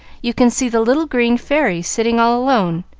you can see the little green fairy sitting all alone.